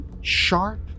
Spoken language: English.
sharp